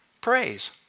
Praise